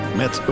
met